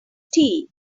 tea